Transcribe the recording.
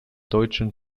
deutschen